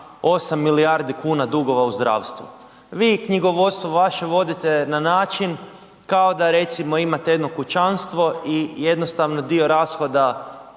8 milijardi kuna dugova u zdravstvu? Vi knjigovodstvo vaše vodite na način kao da recimo imate jedno kućanstvo i jednostavno dio rashoda